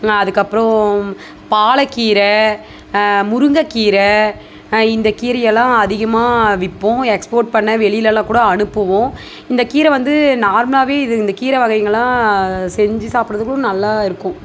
அதுக்கப்புறம் பாலக்கீரை முருங்கக்கீரை இந்த கீரையெல்லாம் அதிகமாக விற்போம் எக்ஸ்போர்ட் பண்ண வெளியிலெலாம் கூட அனுப்புவோம் இந்த கீரை வந்து நார்மலாகவே இந்த கீர வகைகள்லான் செஞ்சு சாப்பிட்றதுக்கும் நல்லாயிருக்கும்